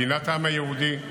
מדינת העם היהודי,